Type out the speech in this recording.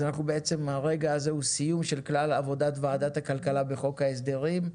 אז בעצם הרגע הזה הוא סיום של כלל עבודת ועדת הכלכלה בחוק ההסדרים.